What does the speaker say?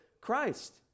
christ